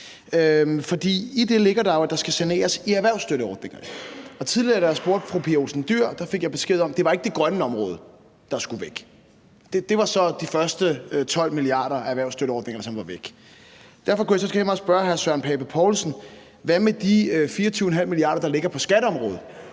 For i det ligger der jo, at der skal saneres i erhvervsstøtteordningen. Og da jeg tidligere spurgte fru Pia Olsen Dyhr, fik jeg besked om, at det ikke var det grønne område, der skulle væk. Det var så de første 12 milliarder i erhvervsstøtteordninger, som var væk. Derfor kunne jeg godt tænke mig at spørge hr. Søren Pape Poulsen: Hvad med de 24,5 milliarder, der ligger på skatteområdet,